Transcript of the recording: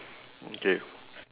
okay